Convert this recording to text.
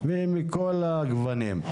ומכל הגוונים.